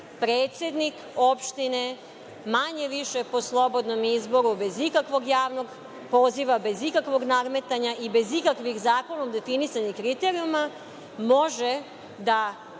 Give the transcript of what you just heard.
predsednik opštine manje-više po slobodnom izboru, bez ikakvog javnog poziva, bez ikakvog nadmetanja i bez ikakvih zakonom definisanih kriterijuma, možda